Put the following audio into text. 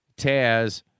Taz